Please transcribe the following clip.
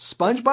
Spongebob